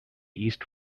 east